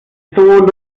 ist